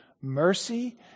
mercy